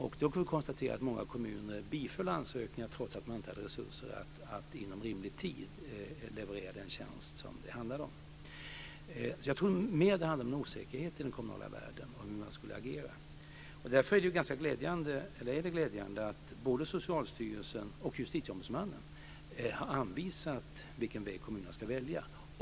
Vi kan konstatera att många kommuner biföll ansökningar trots att man inte hade resurser att inom rimlig tid leverera den tjänst som det handlade om. Jag tror alltså att det mer handlar om en osäkerhet i den kommunala värden kring hur man skulle agera. Därför är det glädjande att både Socialstyrelsen och Justitieombudsmannen har anvisat vilken väg kommunerna ska välja.